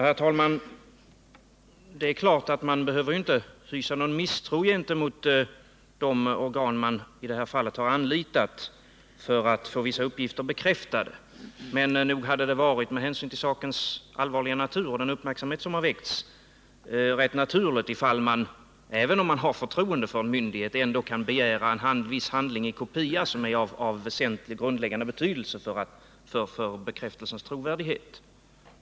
Herr talman! Självfallet behöver man inte hysa någon misstro gentemot de organ man i det här fallet har anlitat för att få vissa uppgifter bekräftade. Men även om man har förtroende för en myndighet hade det med hänsyn till sakens allvarliga natur och den uppmärksamhet som den väckt i det här fallet varit rätt naturligt att begära att få kopia av en handling som är av väsentlig och grundläggande betydelse för bekräftelsens trovärdighet.